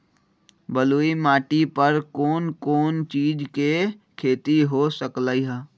बलुई माटी पर कोन कोन चीज के खेती हो सकलई ह?